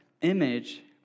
image